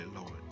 Lord